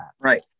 right